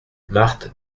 marthe